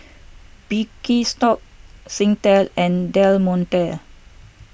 Birkenstock Singtel and Del Monte